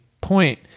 point